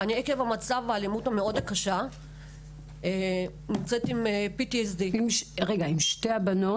אני הייתי במצב של אלימות מאוד קשה ונמצאת עם PTSD. עם שתי הבנות?